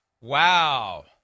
Wow